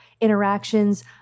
interactions